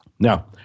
Now